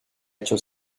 hecho